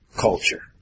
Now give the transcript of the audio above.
culture